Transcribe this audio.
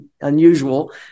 unusual